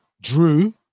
Drew